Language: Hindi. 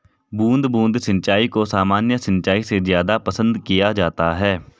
बूंद बूंद सिंचाई को सामान्य सिंचाई से ज़्यादा पसंद किया जाता है